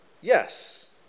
Yes